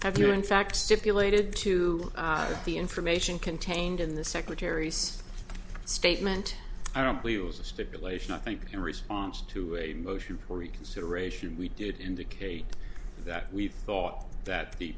if you're in fact stipulated to the information contained in the secretary's statement i don't believe it was a stipulation i think in response to a motion for reconsideration we did indicate that we thought that the